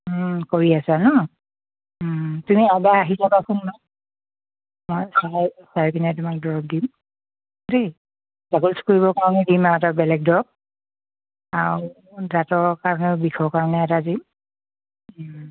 কৰি আছা নহ্ তুমি এবাৰ আহি যাবাচোন ন মই চাই চাই পিনে তোমাক দৰৱ দিম দেই গাৰ্গল কৰিবৰ কাৰণে দিম আৰু এটা বেলেগ দৰৱ আৰু দাঁতৰ কাৰণেও বিষৰ কাৰণে এটা দিম